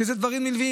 כשאלה דברים נלווים,